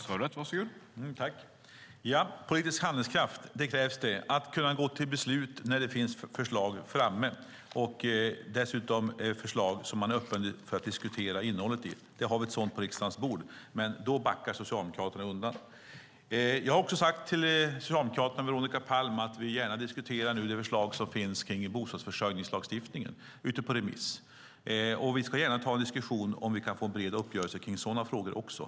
Herr talman! Politisk handlingskraft krävs. Det handlar om att kunna gå till beslut när det finns förslag framme och dessutom förslag som man är öppen för att diskutera innehållet i. Vi har ett sådant på riksdagens bord, men då backar Socialdemokraterna. Jag har också sagt till Socialdemokraterna och Veronica Palm att vi gärna diskuterar det förslag som finns kring bostadsförsörjningslagstiftningen. Det är ute på remiss. Vi ska gärna ta en diskussion om vi kan få en bred uppgörelse kring sådana frågor också.